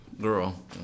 girl